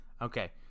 Okay